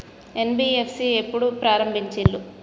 NBFC ఎప్పుడు ప్రారంభించిల్లు?